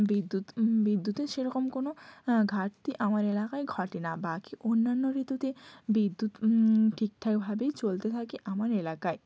বিদ্যুৎ বিদ্যুতের সেরকম কোনো ঘাটতি আমার এলাকায় ঘটে না বাকি অন্যান্য ঋতুতে বিদ্যুৎ ঠিকঠাকভাবেই চলতে থাকে আমার এলাকায়